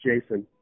Jason